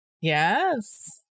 yes